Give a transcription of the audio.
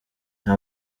nta